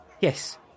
yes